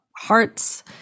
hearts